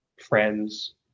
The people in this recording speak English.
friends